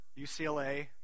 UCLA